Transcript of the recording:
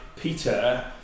Peter